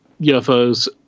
UFOs